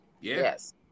yes